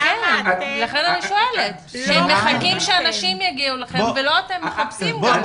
אתם מחכים שאנשים יגיעו אליכם ולא אתם אלה שמחפשים אותם.